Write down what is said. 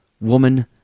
woman